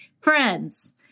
friends